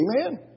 Amen